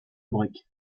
break